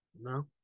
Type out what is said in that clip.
No